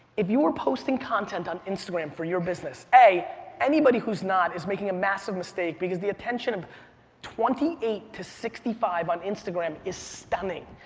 if you're posting content on instagram for your business, a, anybody who's not is making a massive mistake, because the attention twenty eight to sixty five on instagram is stunning,